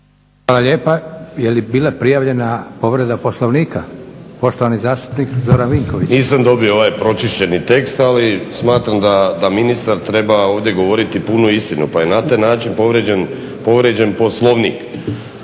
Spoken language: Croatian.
Hvala lijepa. Jeli bila prijavljena povreda Poslovnika? Poštovani zastupnik Zoran Vinković. **Vinković, Zoran (HDSSB)** Nisam dobio ovaj pročišćeni tekst ali smatram da ministar treba ovdje govoriti punu istinu, pa je na taj način povrijeđen Poslovnik.